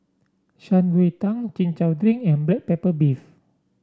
Shan Rui Tang Chin Chow Drink and Black Pepper Beef